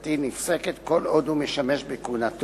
דתי נפסקת כל עוד הוא משמש בכהונתו".